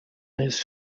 his